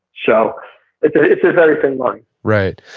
so it's a very thin line right,